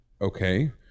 okay